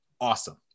Awesome